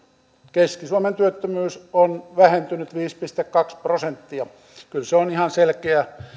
keski suomen työttömyys on vähentynyt viisi pilkku kaksi prosenttia kyllä se on ihan selkeä